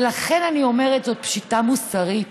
ולכן אני אומרת, זו פשיטת רגל מוסרית.